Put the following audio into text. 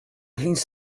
więc